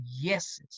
yeses